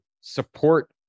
support